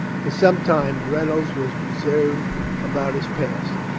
for some time reynolds was reserved about his past.